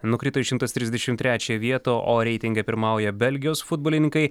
nukrito į šimtas trisdešimt trečią vietą o reitinge pirmauja belgijos futbolininkai